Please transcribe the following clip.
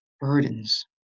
burdens